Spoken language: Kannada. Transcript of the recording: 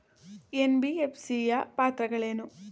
ಎನ್.ಬಿ.ಎಫ್.ಸಿ ಯ ಪಾತ್ರಗಳೇನು?